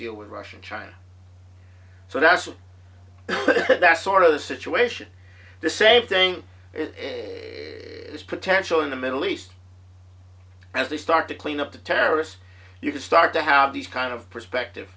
deal with russia and china so that's that's sort of the situation the safe thing is this potential in the middle east as they start to clean up the terrace you could start to have these kind of perspective